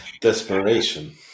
Desperation